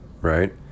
Right